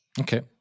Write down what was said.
Okay